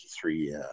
three